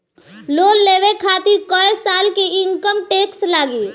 Loan लेवे खातिर कै साल के इनकम टैक्स लागी?